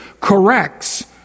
corrects